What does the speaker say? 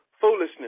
Foolishness